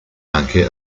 anche